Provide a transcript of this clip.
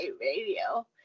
radio